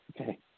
Okay